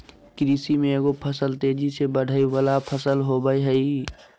कृषि में एगो फसल तेजी से बढ़य वला फसल होबय हइ